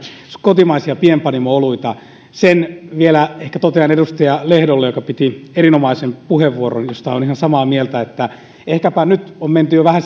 kotimaisia pienpanimo oluita sen ehkä vielä totean edustaja lehdolle joka piti erinomaisen puheenvuoron josta olen ihan samaa mieltä että ehkäpä nyt on menty jo vähän